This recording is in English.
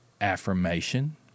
affirmation